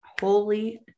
holy